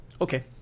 okay